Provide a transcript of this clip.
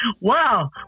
wow